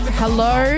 hello